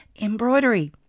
embroidery